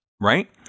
Right